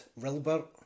Rilbert